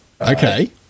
Okay